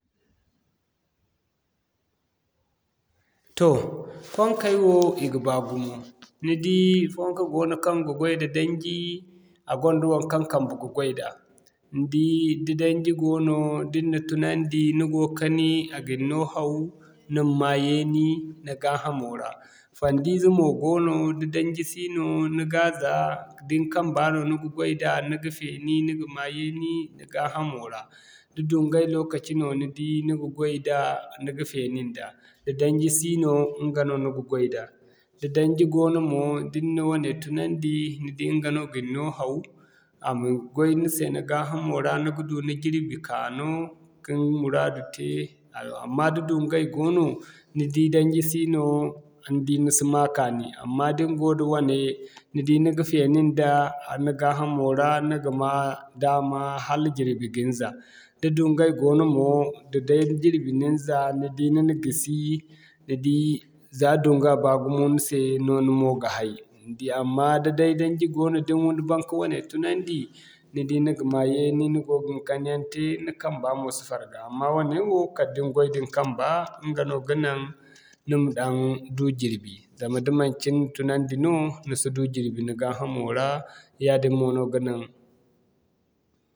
Toh fankay wo i ga baa gumo. Ni di fanka goono kaŋ ga goy da danji a gonda waŋkaŋ kambe ga goy da ni di da daŋji goono da ni na tunandi ni go kani, a ga ni no haw ni ma'ma yeeni ni gaa hamo ra. Fandu ize mo goono, da daŋji siino ni ga za da ni kamba no ni ga goy da ni ga feeni ni ga ma yeeni ni gaa hamo ra. Da duŋgay lokaci no ni di ni ga goy da, ni ga feeni nda. Da daŋji si no ɲga no ni ga goy da, da daŋji goono mo da ni na wane tunandi ni di ɲga no ga ni no haw, a ma goy ni se ni gaa hamo ra ni ga du ni jirbi kaano ka ni muraadu te amma da duŋgay goono ni di daŋji sino ni di ni si ma kaani. Amma da ni go da wane ni di ni ga feeni nda ni gaa hamo ra ni ga ma daama hala jirbi ga ni za. Da duŋgay goono mo, da day da jirbi na ni za, ni di ni'na gisi ni di za duŋga baa gumo ni se no ni mo ga hay ni di. Amma da daŋji goono da ni baŋ ka wane tunandi ni di ni ga ma yeeni ni go gin kani yaŋ te, ni kamba mo si farga. Amma woo neewo kala da ni goy da ni kamba ɲga no ga naŋ, ni ma daŋ du jirbi. Zama da manci ni na tunandi no ni si du jirbi ni gaa hamo ra yaadin mono ga naŋ.